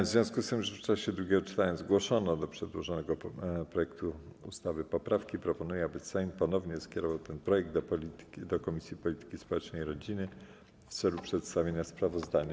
W związku z tym, że w czasie drugiego czytania zgłoszono do przedłożonego projektu ustawy poprawki, proponuję, aby Sejm ponownie skierował ten projekt do Komisji Polityki Społecznej i Rodziny w celu przedstawienia sprawozdania.